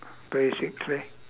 basically